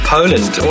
Poland